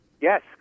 Yes